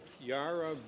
Yara